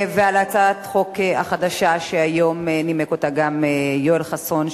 ועל הצעת החוק החדשה שהיום נימק אותה גם יואל חסון,